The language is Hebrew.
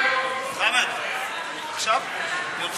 בבקשה.